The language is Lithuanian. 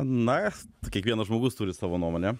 na kiekvienas žmogus turi savo nuomonę